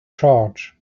charge